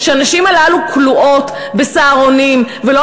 שהנשים הללו כלואות ב"סהרונים" ולא